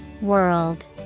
World